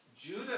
Judah